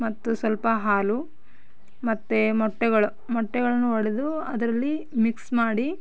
ಮತ್ತು ಸ್ವಲ್ಪ ಹಾಲು ಮತ್ತೆ ಮೊಟ್ಟೆಗಳು ಮೊಟ್ಟೆಗಳನ್ನ ಒಡೆದು ಅದರಲ್ಲಿ ಮಿಕ್ಸ್ ಮಾಡಿ